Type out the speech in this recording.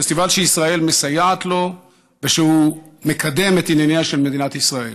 פסטיבל שישראל מסייעת לו ושמקדם את ענייניה של מדינת ישראל,